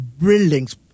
buildings